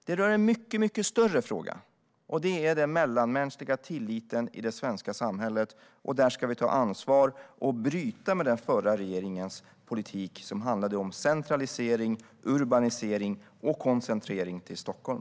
Det rör en mycket större fråga, och det är den mellanmänskliga tilliten i det svenska samhället. Där ska vi ta ansvar och bryta med den förra regeringens politik, som handlade om centralisering, urbanisering och koncentrering till Stockholm.